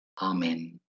amen